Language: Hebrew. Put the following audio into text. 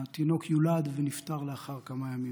התינוק יולד ונפטר לאחר כמה ימים.